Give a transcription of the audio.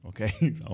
Okay